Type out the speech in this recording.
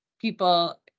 people